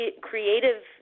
creative